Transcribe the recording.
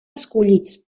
escollits